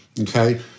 okay